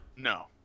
No